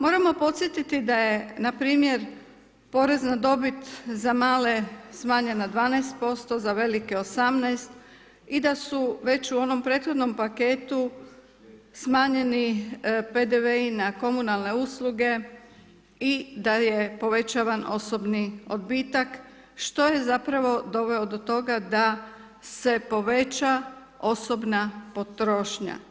Moramo podsjetiti da je npr. porez na dobit za male smanjen na 12% za velike 18, i da su već u onom prethodnom paketu smanjeni PDV na komunalne usluge i da je povećan osobni odbitak, što je zapravo dovelo do toga da se poveća osobna potrošnja.